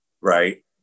right